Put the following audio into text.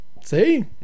see